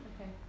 okay